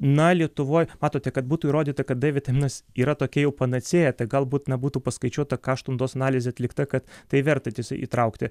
na lietuvoj matote kad būtų įrodyta kad d vitaminas yra tokia jau panacėja tai galbūt na būtų paskaičiuota kaštų naudos analizė atlikta kad tai verta tiesa įtraukti